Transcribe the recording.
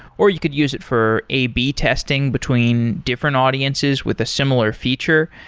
or you could use it for a b testing between different audiences with a similar feature,